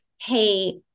hey